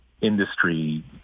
industry